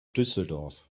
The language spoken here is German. düsseldorf